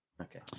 Okay